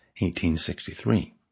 1863